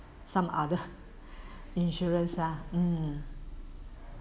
some other insurance lah mm